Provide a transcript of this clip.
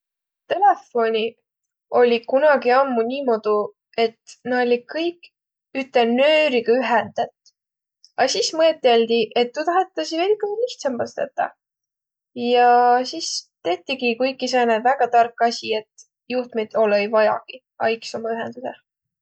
Telefoniq olliq kunagi ammu niimoodu, et na olliq kõik üte nööriga ühendet. A sis mõtõldi, et tuu tahetasiq veidikene nigu lihtsambas tetäq. Ja sis tettigi kuiki sääne väega tark asi, et juhtmit olõ-i vajagi, a iks ommaq ühendüseh.